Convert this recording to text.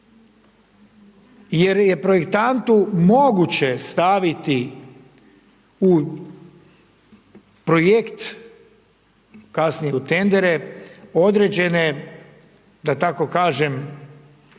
Jer je projektantu moguće staviti u projekt, kasnije u tendere, određene, da tako kažem